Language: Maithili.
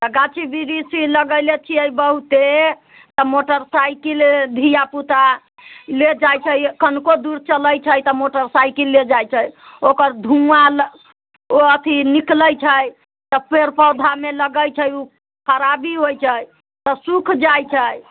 आ गाछी वृक्षी लगैले छियै बहुते तऽ मोटरसाइकिले धिआ पुता ले जाइत छै कनिको दूर चलैत छै तऽ मोटरसाइकिल ले जाइत छै ओकर धुआँ ओ अथि निकलैत छै तऽ पेड़ पौधामे लगैत छै ओ खराबी होइत छै तऽ सुख जाइत छै